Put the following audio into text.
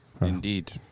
indeed